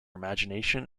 imagination